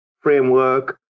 framework